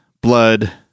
blood